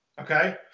Okay